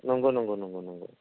नंगौ नंगौ नंगौ